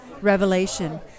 Revelation